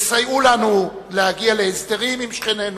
תסייע לנו להגיע להסדרים עם שכנינו,